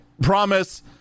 promise